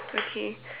okay